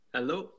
Hello